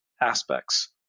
aspects